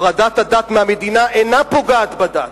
הפרדת הדת מהמדינה אינה פוגעת בדת.